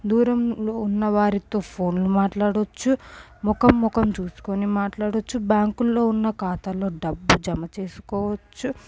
దూరంలో ఉన్న వారితో ఫోన్ మాట్లాడొచ్చు ముఖం ముఖం చూసుకొని మాట్లాడుకోవచ్చు బ్యాంకుల్లో ఉన్న ఖాతాలో డబ్బు జమ చేసుకోవచ్చు